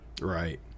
Right